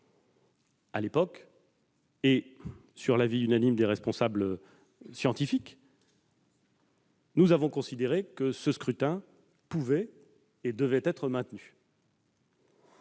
À l'époque, sur l'avis unanime des autorités scientifiques, nous avons considéré que ce scrutin pouvait et devait être maintenu.